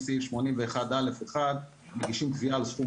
לפי סעיף 81(א)(1) מגישים תביעה על סכום